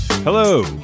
Hello